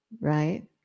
right